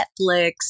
Netflix